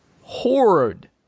horrid